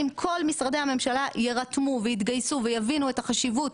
אם כל משרדי הממשלה יירתמו ויתגייסו ויבינו את החשיבות